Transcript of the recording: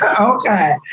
Okay